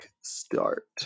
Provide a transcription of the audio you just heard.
start